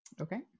Okay